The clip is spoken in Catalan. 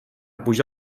puja